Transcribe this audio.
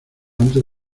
antes